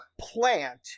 plant